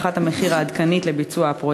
3. מה היא הערכת המחיר העדכנית של ביצוע הפרויקט?